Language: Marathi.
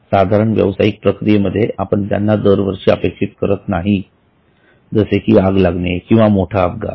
साधारण व्यवसायिक प्रक्रियेमध्ये आपण त्यांना दरवर्षी अपेक्षित करत नाही जसे की आग लागणे किंवा मोठा अपघात